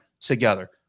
together